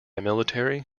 military